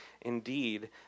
Indeed